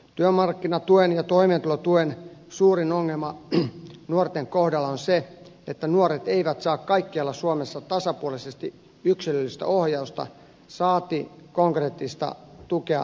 työmarkkinatuen ja toimeentulotuen suurin ongelma nuorten kohdalla on se että nuoret eivät saa kaikkialla suomessa tasapuolisesti yksilöllistä ohjausta saati konkreettista tukea talouteensa